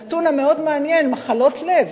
הנתון המאוד מעניין: מחלות לב.